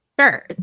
Sure